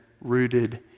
rooted